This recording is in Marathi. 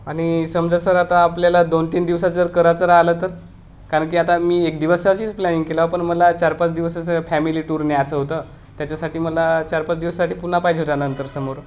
आणि समजा सर आता आपल्याला दोन तीन दिवसाचं जर करायचं राहिलं तर कारण की आता मी एक दिवसाचीच प्लॅनिंग केलं पण मला चार पाच दिवसाचं फॅमिली टूर न्यायचं होतं त्याच्यासाठी मला चार पाच दिवसा साठी पुन्हा पाहिजे हो त्यानंतर समोर